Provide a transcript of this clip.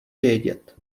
vědět